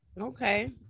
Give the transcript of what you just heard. okay